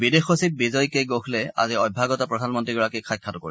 বিদেশ সচিব বিজয় কে গোখলে আজি অভ্যাগত প্ৰধানমন্ত্ৰীগৰাকীক সাক্ষাৎ কৰিব